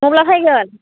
मब्ला फायगोन